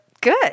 good